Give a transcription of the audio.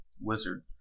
Wizard